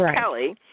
Kelly